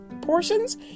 portions